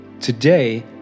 today